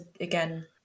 again